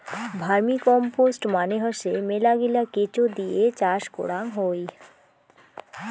vermicompost মানে হসে মেলাগিলা কেঁচো দিয়ে চাষ করাং হই